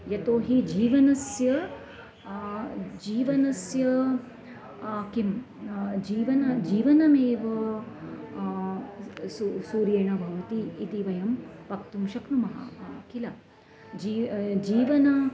यतो हि जीवनस्य जीवनस्य किं जीवनं जीवनमेव सूर्यं सूर्येण भवति इति वयं वक्तुं शक्नुमः किल जीवनं जीवनं